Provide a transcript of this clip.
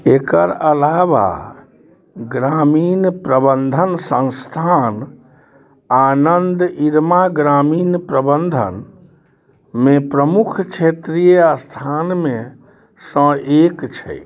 एकर अलावा ग्रामीण प्रबन्धन सँस्थान आनन्द इरमा ग्रामीण प्रबन्धनमे प्रमुख क्षेत्रीय अस्थानमेसँ एक छै